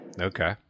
Okay